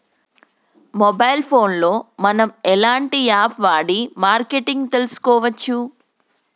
Mobile phone లో మనం ఎలాంటి యాప్ వాడి మార్కెటింగ్ తెలుసుకోవచ్చు?